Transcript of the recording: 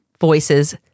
voices